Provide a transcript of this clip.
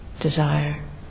desire